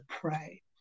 pray